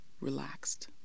relaxed